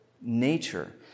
nature